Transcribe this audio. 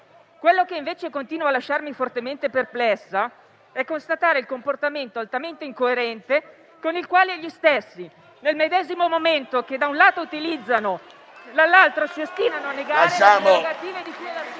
Quello che invece continua a lasciarmi fortemente perplessa è constatare il comportamento altamente incoerente, visto che gli stessi, nel medesimo momento, da un lato utilizzano lo strumento e dall'altro si ostinano a negare le prerogative di cui all'articolo